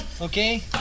Okay